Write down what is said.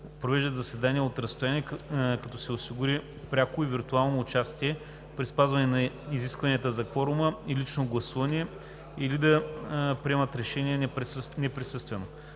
провеждат заседания от разстояние, като се осигурява пряко и виртуално участие при спазване на изискванията за кворума и лично гласуване или да приемат решения неприсъствено.